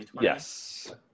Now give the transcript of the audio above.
yes